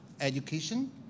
education